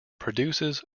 produces